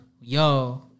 yo